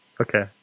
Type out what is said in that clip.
Okay